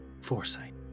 foresight